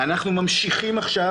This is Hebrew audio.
אנחנו ממשיכים עכשיו,